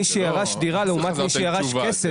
מי שירש דירה לעומת מי שירש כסף,